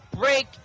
break